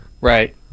right